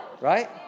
right